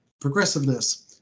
progressiveness